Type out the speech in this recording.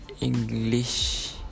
English